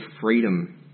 freedom